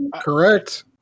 Correct